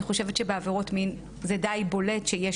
אני חושבת שבעבירות מין זה די בולט שיש